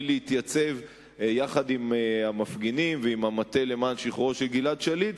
להתייצב יחד עם המפגינים ועם המטה למען שחרורו של גלעד שליט,